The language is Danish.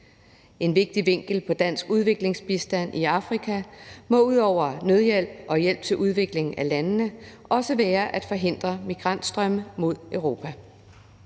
En vigtig vinkel på dansk udviklingsbistand i Afrika må ud over nødhjælp og hjælp til udvikling af landene også være at forhindre migrationsstrømme mod Europa.